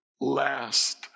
last